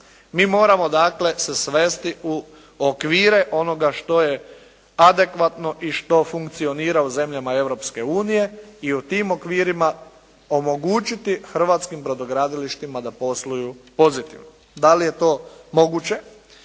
Mi moramo dakle se svesti u okvire onoga što je adekvatno i što funkcionira u zemljama Europske unije i u tim okvirima omogućiti hrvatskim brodogradilištima da posluju pozitivno. Da li je to moguće?